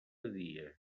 dia